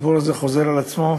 הסיפור הזה חוזר על עצמו.